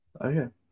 okay